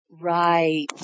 Right